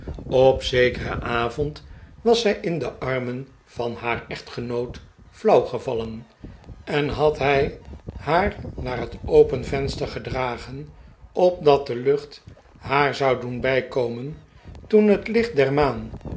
op zekeren avond was zij in de armen van haar echtgenoot flauw gevallen en had hij haar naar het open venster gedragen opdat de lucht haar zou doen bijkomen toen het licht der maan